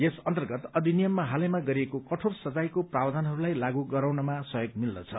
यस अन्तर्गत अधिनियममा हालैमा गरिएको कठोर सजायको प्रावधानहरूलाई लागू गराउनमा सहयोग मिल्दछ